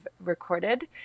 recorded